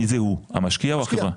מי זה הוא המשקיע או החברה?